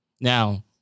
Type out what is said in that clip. Now